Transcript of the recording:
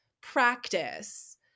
practice